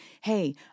Hey